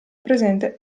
presente